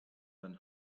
than